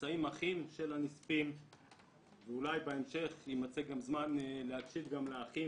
אחים ואחיות של הנספים ואולי בהמשך יימצא זמן להקשיב גם להם,